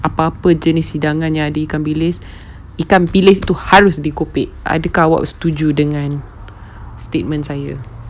apa-apa jenis hidangan yang ada ikan bilis ikan bilis tu harus dikopek adakah awak setuju dengan statement saya